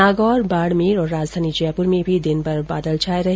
नागौर बाडमेर और राजधानी जयपुर में भी दिनमर बादल छाये रहे